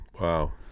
Wow